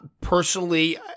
personally